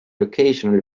occasionally